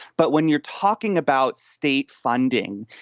but when you're talking about state funding,